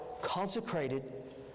consecrated